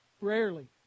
Rarely